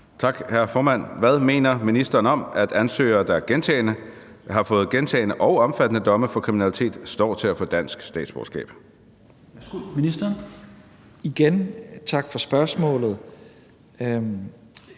Hvad mener ministeren om, at ansøgere, der har fået gentagne og omfattende domme for kriminalitet, står til at få dansk statsborgerskab?